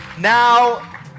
Now